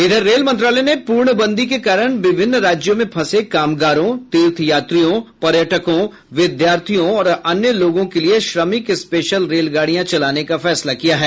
इधर रेल मंत्रालय ने पूर्णबंदी के कारण विभिन्न राज्यों में फंसे कामगारों तीर्थ यात्रियों पर्यटकों विद्यार्थियों और अन्य लोगों के लिए श्रमिक स्पेशल रेलगाड़ियां चलाने का फैसला किया है